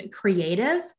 creative